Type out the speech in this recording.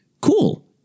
cool